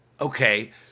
okay